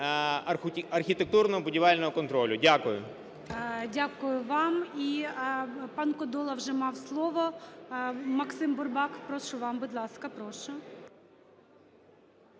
архітектурно-будівельного контролю. Дякую. ГОЛОВУЮЧИЙ. Дякую вам. І пан Кодола вже мав слово. Максим Бурбак, прошу вам. Будь ласка, прошу.